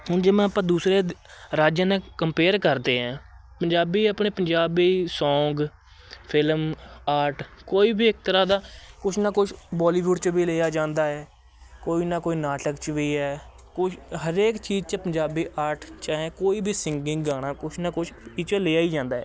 ਹੁਣ ਜਿਵੇਂ ਆਪਾਂ ਦੂਸਰੇ ਰਾਜਾਂ ਦਾ ਕੰਪੇਅਰ ਕਰਦੇ ਹਾਂ ਪੰਜਾਬੀ ਆਪਣੇ ਪੰਜਾਬੀ ਸੌਂਗ ਫਿਲਮ ਆਰਟ ਕੋਈ ਵੀ ਇੱਕ ਤਰ੍ਹਾਂ ਦਾ ਕੁਛ ਨਾ ਕੁਛ ਬੋਲੀਵੁੱਡ 'ਚ ਵੀ ਲਿਆ ਜਾਂਦਾ ਹੈ ਕੋਈ ਨਾ ਕੋਈ ਨਾਟਕ 'ਚ ਵੀ ਹੈ ਕੋਈ ਹਰੇਕ ਚੀਜ਼ 'ਚ ਪੰਜਾਬੀ ਆਰਟ ਚਾਹੇ ਕੋਈ ਵੀ ਸਿੰਗਿੰਗ ਗਾਣਾ ਕੁਛ ਨਾ ਕੁਛ ਇਹ 'ਚੋਂ ਲਿਆ ਹੀ ਜਾਂਦਾ ਹੈ